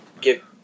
give